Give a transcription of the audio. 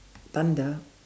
thunder